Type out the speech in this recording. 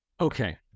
Okay